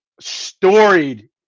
storied